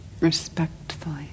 respectfully